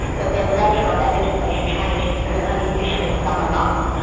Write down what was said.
but then later on that legislation changed and you could only fish in the summer months.